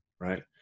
right